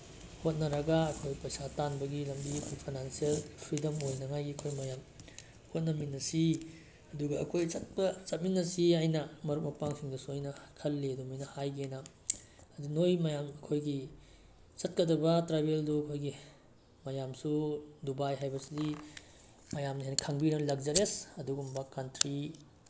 ꯍꯣꯠꯅꯔꯒ ꯑꯩꯈꯣꯏ ꯄꯩꯁꯥ ꯇꯥꯟꯕꯒꯤ ꯂꯝꯕꯤ ꯑꯩꯈꯣꯏ ꯐꯩꯅꯥꯟꯁꯦꯜ ꯐ꯭ꯔꯤꯗꯝ ꯑꯣꯏꯅꯉꯥꯏꯒꯤ ꯑꯩꯈꯣꯏ ꯃꯌꯥꯝ ꯍꯣꯠꯅꯃꯤꯟꯅꯁꯤ ꯑꯗꯨꯒ ꯑꯩꯈꯣꯏ ꯆꯠꯄ ꯆꯠꯃꯤꯟꯅꯁꯤ ꯍꯥꯏꯅ ꯃꯔꯨꯞ ꯃꯄꯥꯡꯁꯤꯡꯗꯁꯨ ꯑꯩꯅ ꯈꯜꯂꯤ ꯑꯗꯨꯃꯥꯏꯅ ꯍꯥꯏꯒꯦꯅ ꯑꯗꯨ ꯅꯣꯏ ꯃꯌꯥꯝ ꯑꯩꯈꯣꯏꯒꯤ ꯆꯠꯀꯗꯕ ꯇ꯭ꯔꯥꯕꯦꯜꯗꯨ ꯑꯩꯈꯣꯏꯒꯤ ꯃꯌꯥꯝꯁꯨ ꯗꯨꯕꯥꯏ ꯍꯥꯏꯕꯁꯤꯗꯤ ꯃꯌꯥꯝꯅ ꯍꯦꯟꯅ ꯈꯪꯕꯤꯔ ꯂꯛꯖꯦꯔꯁ ꯑꯗꯨꯒꯨꯝꯕ ꯀꯟꯇ꯭ꯔꯤ